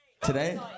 today